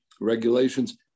regulations